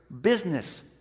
business